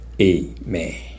Amen